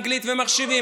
אנגלית ומחשבים,